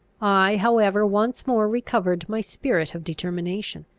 i however once more recovered my spirit of determination.